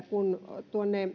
kun